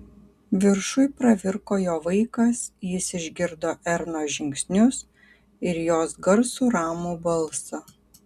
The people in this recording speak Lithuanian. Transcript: viršuj pravirko jo vaikas jis išgirdo ernos žingsnius ir jos garsų ramų balsą